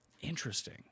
Interesting